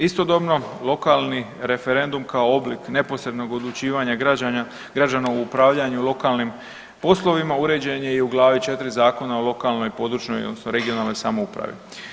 Istodobno lokalni referendum kao oblik neposrednog odlučivanja građana u upravljanju lokalnim poslovima uređen je i u glavi 4. Zakona o lokalnoj i područnoj odnosno regionalnoj samoupravi.